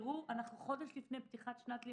אנחנו חודש לפני פתיחת שנת הלימודים.